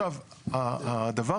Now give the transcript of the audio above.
מצד אחד